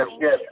yes